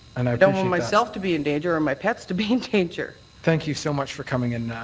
don't want myself to be in danger or my pets to be in danger. thank you so much for coming in.